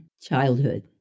Childhood